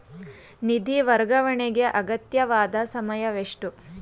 ನಿಧಿ ವರ್ಗಾವಣೆಗೆ ಅಗತ್ಯವಾದ ಸಮಯವೆಷ್ಟು?